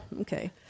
Okay